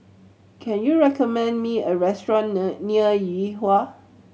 can you recommend me a restaurant near Yuhua